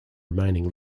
remaining